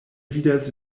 vidas